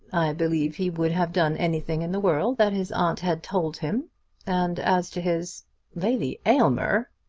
believe he would have done anything in the world that his aunt had told him and as to his lady aylmer!